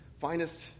finest